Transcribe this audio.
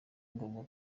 ngombwa